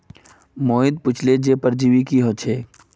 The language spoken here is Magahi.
मोहित पुछले जे परजीवी की ह छेक